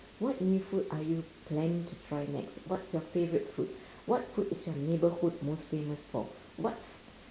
what new food are you planning to try next what's your favourite food what food is your neighbourhood most famous for what's